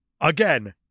again